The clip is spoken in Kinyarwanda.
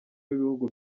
w’ibihugu